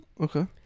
Okay